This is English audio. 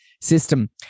system